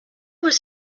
was